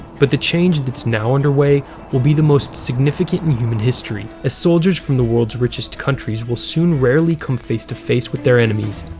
but the change that's now underway will be the most significant in human history, as soldiers from the world's richest countries will soon rarely come face to face with their enemies.